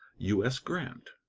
u s. grant.